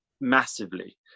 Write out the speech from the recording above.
massively